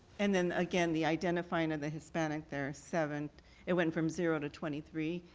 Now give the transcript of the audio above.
and then again, the identifying of the hispanic they are seven it went from zero to twenty three,